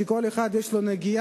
לכל אחד יש נגיעה